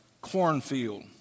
Cornfield